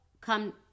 come